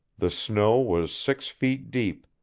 the snow was six feet deep,